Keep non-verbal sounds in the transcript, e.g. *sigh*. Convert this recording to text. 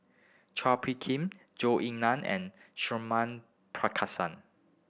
Chua Phung Kim Zhou Ying Nan and Suratman *unintelligible*